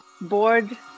board